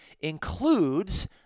includes